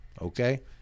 Okay